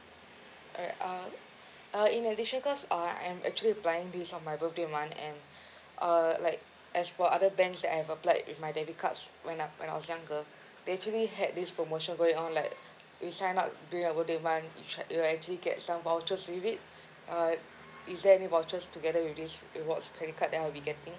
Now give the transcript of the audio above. alright uh uh in addition cause I am actually applying this on my birthday month and err like as for other banks that I've applied with my debit cards when I when I was younger they actually had this promotion going on like we sign up during our birthday month which I you actually get some vouchers with it uh is there any vouchers together with this rewards credit card that I'll be getting